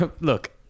look